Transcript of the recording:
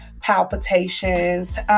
palpitations